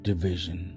Division